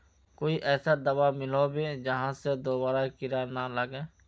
कोई ऐसा दाबा मिलोहो होबे जहा से दोबारा कीड़ा ना लागे?